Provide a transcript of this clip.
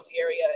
area